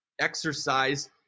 exercise